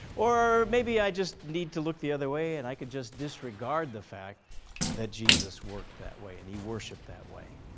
or maybe i just need to look the other way and i can just disregard the fact that jesus worked that way and that he worshiped that way.